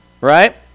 right